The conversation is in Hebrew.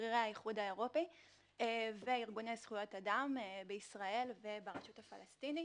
שגרירי האיחוד האירופי וארגוני זכויות אדם בישראל וברשות הפלסטינית.